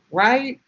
right?